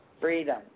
freedom